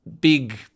big